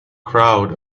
crowd